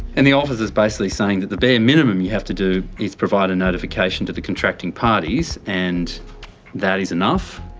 and the office is basically saying that the bare minimum you have to do is provide a notification to the contracting parties and that is enough.